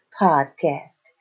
podcast